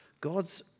God's